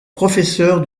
professeur